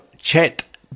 Chet